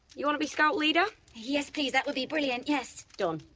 you wanna be scout leader? yes please that would be brilliant yes. done.